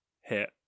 Hit